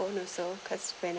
phone also cause when I